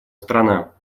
страна